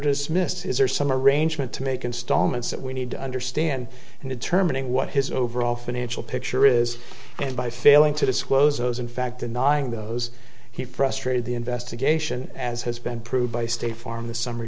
dismissed is or some arrangement to make installments that we need to understand and determining what his overall financial picture is and by failing to disclose those in fact denying those he frustrated the investigation as has been proved by state farm the summ